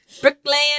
Bricklaying